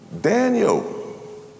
Daniel